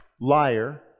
liar